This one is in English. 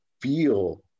feel